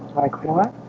like what?